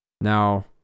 Now